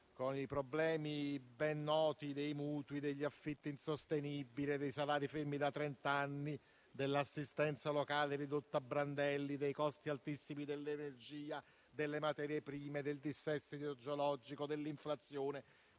con i problemi ben noti dei mutui, degli affitti insostenibili, dei salari fermi da trent'anni, dell'assistenza locale ridotta a brandelli, dei costi altissimi dell'energia, delle materie prime, del dissesto idrogeologico, dell'inflazione,